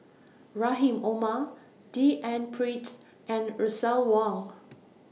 Rahim Omar D N Pritt and Russel Wong